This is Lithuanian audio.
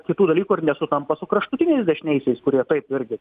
kitų dalykų ir nesutampa su kraštutiniais dešiniaisiais kurie taip irgi